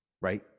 right